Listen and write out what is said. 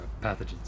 pathogens